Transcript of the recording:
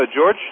George